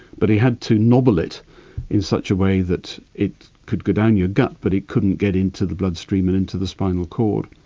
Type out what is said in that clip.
but he had to nobble it in such a way that it could go down your gut but it couldn't get into the bloodstream and into the spinal cord.